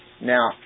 Now